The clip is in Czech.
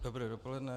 Dobré dopoledne.